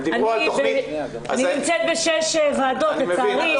הם דיברו על --- אני נמצאת בשש ועדות לצערי --- הכל